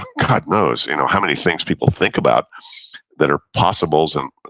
god knows you know how many things people think about that are possibles and